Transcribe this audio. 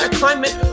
climate